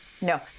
no